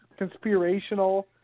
conspirational